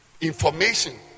Information